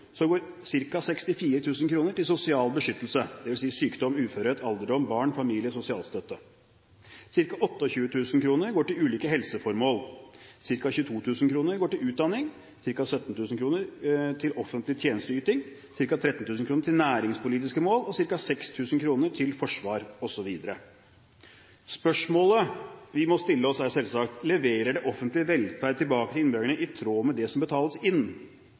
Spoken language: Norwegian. går ca. 64 000 kr til sosial beskyttelse, dvs. sykdom, uførhet, alderdom, barn, familie, sosialstøtte, ca. 28 000 kr går til ulike helseformål, ca. 22 000 kr går til utdanning, ca. 17 000 kr går til offentlig tjenesteyting, ca. 13 000 kr går til næringspolitiske formål, ca. 6 000 kr går til forsvar osv. Spørsmålet vi må stille oss, er selvsagt: Leverer det offentlige velferd tilbake til innbyggerne i tråd med det som betales inn?